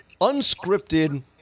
unscripted